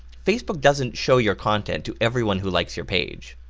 facebook doesn't show your content to everyone who likes your page.